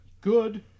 Good